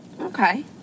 okay